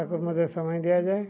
ତାକୁ ମଧ୍ୟ ସମୟ ଦିଆଯାଏ